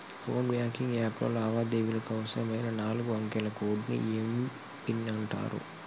phone banking app లో లావాదేవీలకు అవసరమైన నాలుగు అంకెల కోడ్ని ఏం పిన్ అంటారు